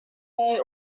may